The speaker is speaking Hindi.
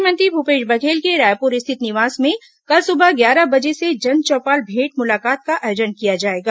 मुख्यमंत्री भूपेश बघेल के रायपुर स्थित निवास में कल सुबह ग्यारह बजे से जनचौपाल भेंट मुलाकात का आयोजन किया जाएगा